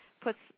puts